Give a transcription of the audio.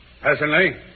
Personally